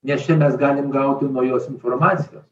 nes čia mes galim gauti naujos informacijos